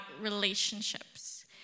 relationships